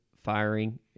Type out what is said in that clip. Firing